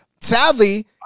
sadly